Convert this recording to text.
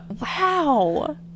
Wow